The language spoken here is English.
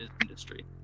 industry